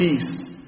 peace